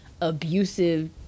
abusive